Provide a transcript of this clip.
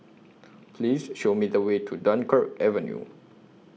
Please Show Me The Way to Dunkirk Avenue